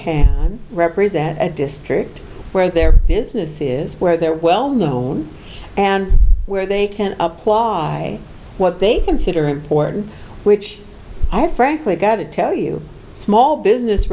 can represent a district where their business is where they're well known and where they can apply what they consider important which i frankly gotta tell you small business